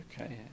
Okay